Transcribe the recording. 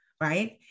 Right